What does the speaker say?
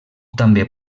també